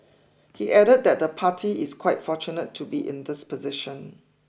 he added that the party is quite fortunate to be in this position